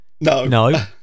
no